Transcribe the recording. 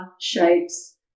shapes